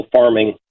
farming